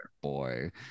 boy